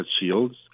shields